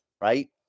right